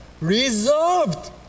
resolved